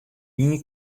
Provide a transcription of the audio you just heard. ien